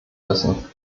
müssen